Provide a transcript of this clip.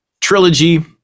trilogy